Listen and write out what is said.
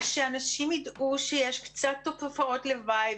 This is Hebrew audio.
ושאנשים ידעו שיש קצת תופעות לוואי,